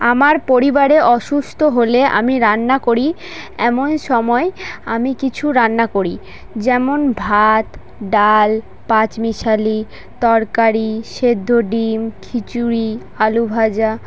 আমার পরিবারে অসুস্থ হলে আমি রান্না করি এমন সময় আমি কিছু রান্না করি যেমন ভাত ডাল পাঁচমিশালি তরকারি সেদ্ধ ডিম খিচুড়ি আলুভাজা